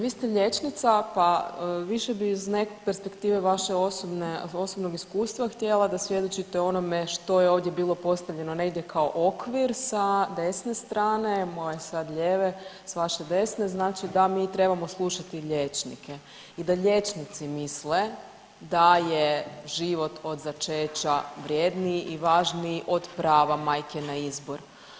Vi ste liječnica pa više bi ih iz neke perspektive vaše osobne, osobnog iskustva htjela da svjedočite onome što je ovdje bilo postavljeno negdje kao okvir sa desne strane, moja sad lijeve, s vaše desne, znači da mi trebamo slušati liječnike i da liječnici misle da je život od začeća vrjedniji i važniji od prava majke na izbor.